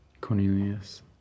Cornelius